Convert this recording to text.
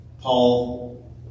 Paul